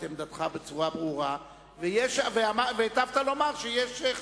הבהרת את עמדתך בצורה ברורה והטבת לומר שיש חקירה.